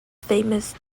famous